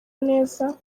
neza